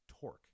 torque